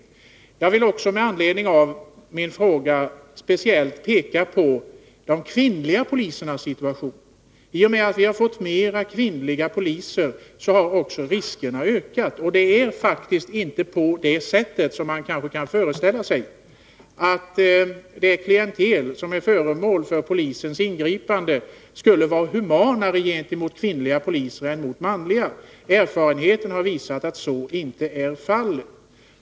Jag vill också med anledning av min fråga speciellt peka på de kvinnliga polisernas situation. I och med att vi har fått flera kvinnliga poliser har också riskerna ökat. Det är faktiskt inte på det sättet, som man kanske kan föreställa sig, att det klientel som är föremål för polisens ingripanden skulle vara humanare gentemot kvinnliga poliser än mot manliga. Erfarenheten har visat att så inte är fallet.